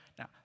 Now